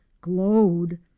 glowed